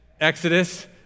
Exodus